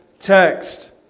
text